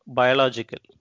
biological